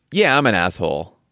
yeah, i'm an asshole,